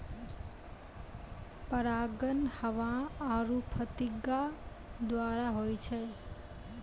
परागण हवा आरु फतीगा द्वारा होय छै